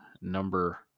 number